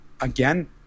Again